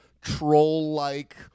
troll-like